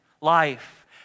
life